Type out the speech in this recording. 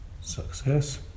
success